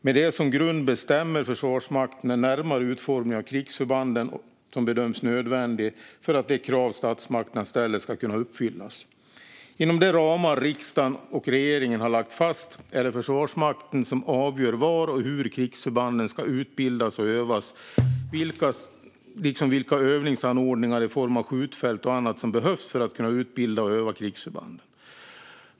Med det som grund bestämmer Försvarsmakten den närmare utformningen av krigsförbanden som bedöms nödvändig för att de krav statsmakterna ställer ska kunna uppfyllas. Inom de ramar riksdagen och regeringen har lagt fast är det Försvarsmakten som avgör var och hur krigsförbanden ska utbildas och övas liksom vilka övningsanordningar i form av skjutfält och annat som behövs för att kunna utbilda och öva krigsförbanden.